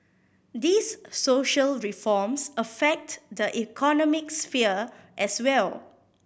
these social reforms affect the economic sphere as well